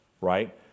right